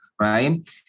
right